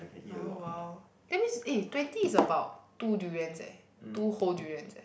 orh !wow! that means eh twenty is about two durians eh two whole durians eh